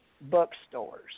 bookstores